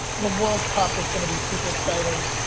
the world cup is gonna be super exciting.